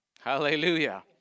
Hallelujah